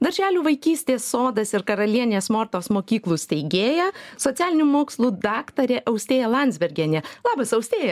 darželių vaikystės sodas ir karalienės mortos mokyklos steigėja socialinių mokslų daktarė austėja landsbergienė labas austėja